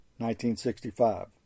1965